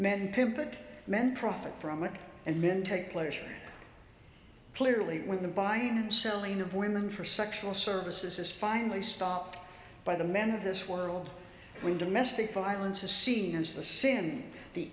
put men profit from it and men take pleasure clearly when the buying and selling of women for sexual services is finally stopped by the men of this world when domestic violence is seen as the sin the